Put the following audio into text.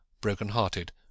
broken-hearted